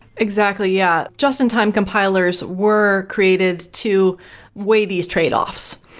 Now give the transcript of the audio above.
exactly, yeah. just in time compilers were created to weigh these tradeoffs.